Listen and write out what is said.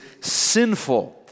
sinful